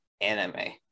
anime